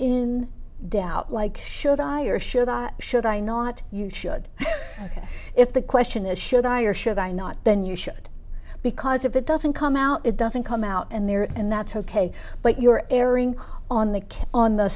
in doubt like should i or should i should i not you should if the question is should i or should i not then you should because if it doesn't come out it doesn't come out and there and that's ok but you're erring on the can on the